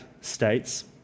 states